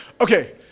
Okay